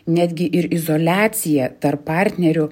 netgi ir izoliacija tarp partnerių